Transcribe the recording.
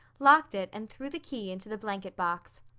locked it, and threw the key into the blanket box.